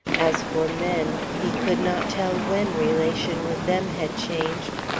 as for men, he could not tell when relation with them had changed,